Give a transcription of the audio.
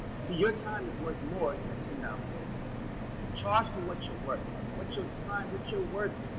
so your time is worth more than a ten dollars haircut charge for what you're worth. what your time what your worth?